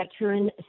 Veteran